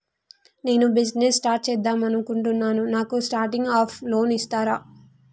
నేను business start చేద్దామనుకుంటున్నాను నాకు స్టార్టింగ్ అప్ లోన్ ఇస్తారా?